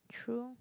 true